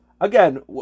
again